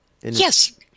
Yes